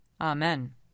Amen